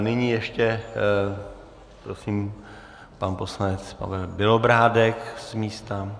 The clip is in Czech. Nyní ještě prosím pan poslanec Pavel Bělobrádek z místa.